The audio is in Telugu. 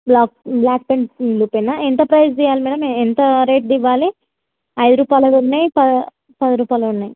బ్లాక్ బ్లాక్ పెన్సు చూపించనా ఎంత ప్రెస్దియ్యాలి మేడం ఎంత రేట్ది ఇవ్వాలి ఐదు రూపాయలవి ఉన్నయి ప పది రూపాయలవి ఉన్నయి